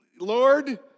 Lord